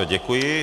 Děkuji.